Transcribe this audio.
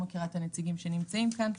תודה.